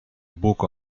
book